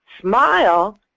Smile